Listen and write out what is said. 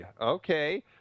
okay